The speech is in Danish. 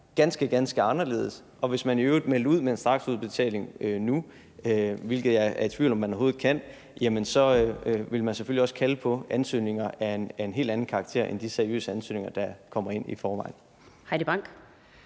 ganske, ganske anderledes, og hvis man i øvrigt nu meldte ud, at der ville være en straksudbetaling, hvilket jeg er i tvivl om om man overhovedet kan, ville man selvfølgelig også kalde på ansøgninger af en helt anden karakter end de seriøse ansøgninger, der kommer ind i forvejen.